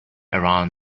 around